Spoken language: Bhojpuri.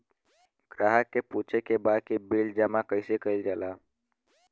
ग्राहक के पूछे के बा की बिल जमा कैसे कईल जाला?